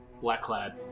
black-clad